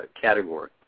category